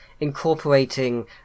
incorporating